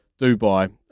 Dubai